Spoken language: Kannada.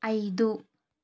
ಐದು